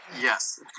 Yes